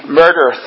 murder